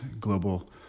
global